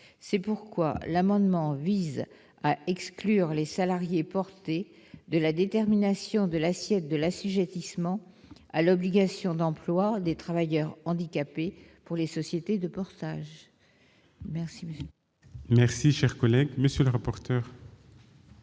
C'est pourquoi cet amendement vise à exclure les salariés portés de la détermination de l'assiette de l'assujettissement à l'obligation d'emploi des travailleurs handicapés pour les sociétés de portage. Quel est l'avis de